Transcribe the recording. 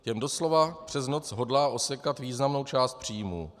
Těm doslova přes noc hodlá osekat významnou část příjmů.